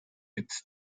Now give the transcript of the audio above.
its